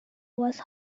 was